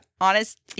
honest